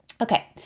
Okay